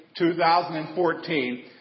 2014